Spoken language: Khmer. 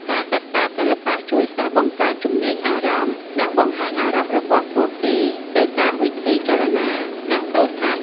ការសិក្សាសិល្បៈជួយសិស្សបង្កើនជំនាញអារម្មណ៍ និងបង្ហាញអារម្មណ៍របស់ពួកគេទៅតាមវិធីចលនា និងសូរស័ព្ទ។